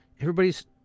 everybody's